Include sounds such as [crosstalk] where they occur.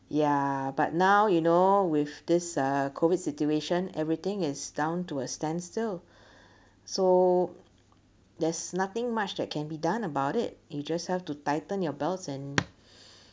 ya but now you know with this uh COVID situation everything is down to a standstill [breath] so there's nothing much that can be done about it you just have to tighten your belts and